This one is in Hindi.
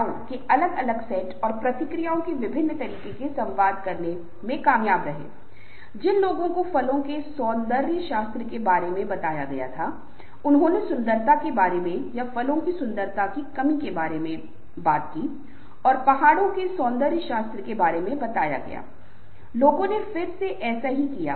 और फिर अगला चरण आता है कनफ्लिक्ट समूह समस्या के करीब पहुंचने के संभावित तरीकों के बारे में तर्क देता है और कुछ समाधान ढूंढना शुरू करता है जहां निश्चित रूप से समस्या है कुछ समाधान हो सकता है